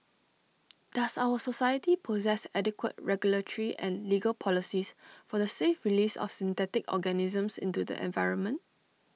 does our society possess adequate regulatory and legal policies for the safe release of synthetic organisms into the environment